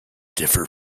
differ